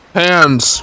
hands